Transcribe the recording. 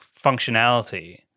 functionality